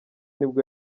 nibwo